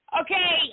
okay